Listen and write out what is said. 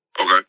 Okay